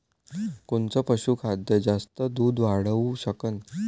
कोनचं पशुखाद्य जास्त दुध वाढवू शकन?